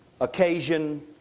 occasion